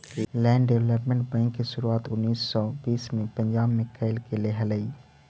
land development bank के शुरुआत उन्नीस सौ बीस में पंजाब में कैल गेले हलइ